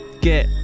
get